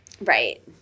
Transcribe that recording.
Right